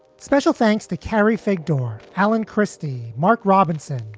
special thanks to carrie pfeg door. helen christie, mark robinson.